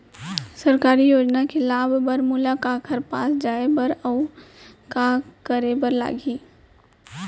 सरकारी योजना के लाभ बर मोला काखर पास जाए बर अऊ का का करे बर लागही?